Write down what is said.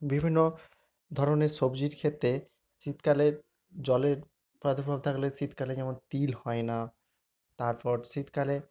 বিভিন্ন ধরনের সবজির ক্ষেত্রে শীতকালের জলের প্রাদুর্ভাব থাকলে শীতকালে যেমন তিল হয় না তারপর শীতকালে